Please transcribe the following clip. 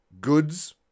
goods